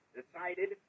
decided